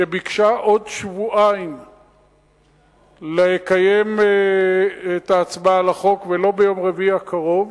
שביקשה עוד שבועיים לקיים את ההצבעה על הצעת החוק ולא ביום רביעי הקרוב,